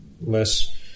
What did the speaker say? less